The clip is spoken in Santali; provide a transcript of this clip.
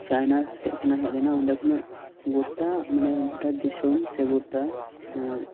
ᱪᱟᱭᱱᱟ ᱥᱮᱫ ᱠᱷᱚᱱᱟᱜ ᱦᱮᱡ ᱞᱮᱱᱟ ᱚᱸᱰᱮ ᱠᱷᱚᱱᱟᱜ ᱜᱚᱴᱟ ᱢᱟᱱᱮ ᱜᱚᱴᱟ ᱫᱤᱥᱚᱢ ᱜᱚᱴᱟ